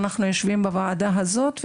אנחנו יושבים בוועדה הזאת,